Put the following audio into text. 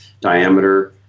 diameter